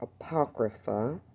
Apocrypha